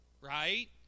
right